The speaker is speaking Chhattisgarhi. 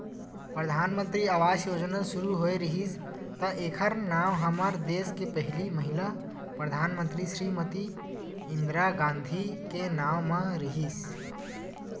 परधानमंतरी आवास योजना सुरू होए रिहिस त एखर नांव हमर देस के पहिली महिला परधानमंतरी श्रीमती इंदिरा गांधी के नांव म रिहिस